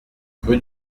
rue